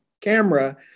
camera